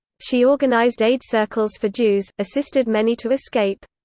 she organized aid circles for jews, assisted many to escape.